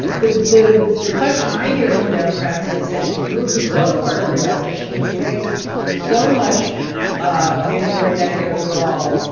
the the question i hear from democrats is, has she moved so far to the left, has she embraced so much ah mandatory medicare for all,